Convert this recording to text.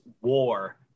war